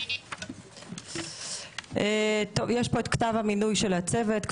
תראי, זה כן